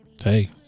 Hey